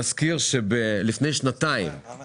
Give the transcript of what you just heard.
אנחנו מתחילים דיון שלא חשבתי שאצטרך לקיים אותו בפעם המי יודע כמה.